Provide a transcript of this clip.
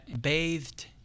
bathed